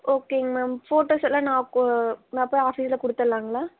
ஓகேங்க ma'am photos எல்லாம் நான் கோ நான் போய் ஆஃபீஸில் கொடுத்தர்லாங்களா